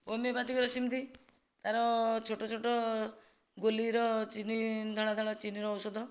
ହୋମିଓପାଥିକର ସେମିତି ତାର ଛୋଟ ଛୋଟ ଗୋଲିର ଚିନି ଧଳା ଧଳା ଚିନିର ଔଷଧ